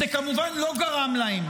זה כמובן לא גרם להם